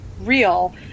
real